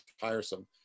tiresome